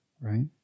right